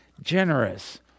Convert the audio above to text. generous